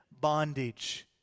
bondage